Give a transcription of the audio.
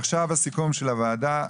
עכשיו הסיכום של הוועדה.